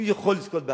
הוא יכול לזכות בהנחה.